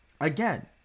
Again